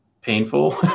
painful